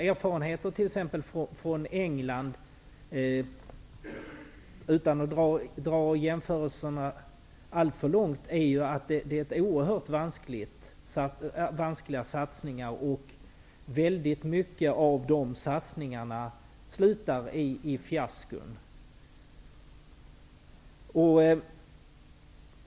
Utan att dra jämförelserna alltför långt kan man konstatera att erfarenheterna från t.ex. England visar att det är oerhört vanskliga satsningar och att många av dem slutar i fiaskon.